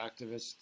activists